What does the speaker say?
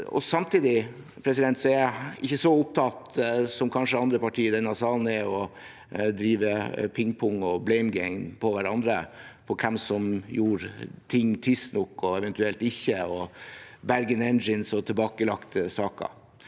Samtidig er jeg ikke så opptatt som kanskje andre partier i denne salen av å drive pingpong og «blame game» med hverandre om hvem som gjorde ting tidsnok og eventuelt ikke, om Bergen